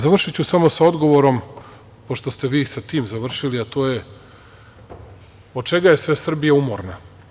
Završiću samo sa odgovorom, pošto ste vi sa tim završili, a to je od čega je sve Srbija umorna.